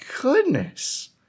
goodness